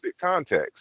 context